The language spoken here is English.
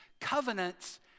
Covenants